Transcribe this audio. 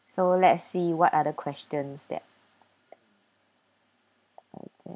so let's see what other questions that